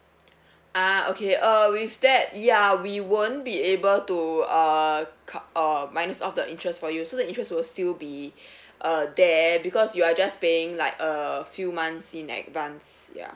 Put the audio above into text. ah okay err with that ya we won't be able to uh ca~ uh minus off the interest for you so the interest will still be uh there because you're just paying like a few months in advance ya